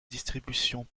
distribution